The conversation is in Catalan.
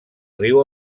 riu